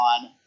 on